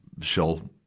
she'll